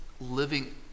living